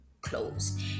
closed